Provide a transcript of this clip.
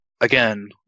again